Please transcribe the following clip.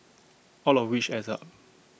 all of which adds up